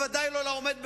ובוודאי לא לעומד בראשה,